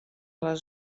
les